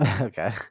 Okay